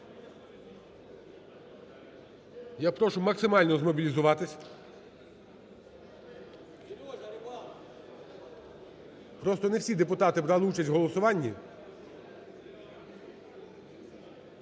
Я прошу максимально змобілізуватися. Просто не всі депутати брали участь в голосуванні.